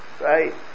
right